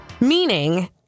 Meaning